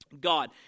God